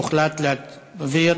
הוחלט להעביר